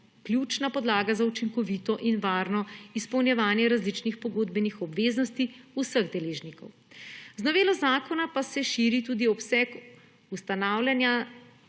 ključna podlaga za učinkovito in varno izpolnjevanje različnih pogodbenih obveznosti vseh deležnikov. Z novelo zakona pa se širi tudi obseg ustanavljanja